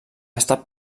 estat